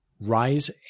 RISE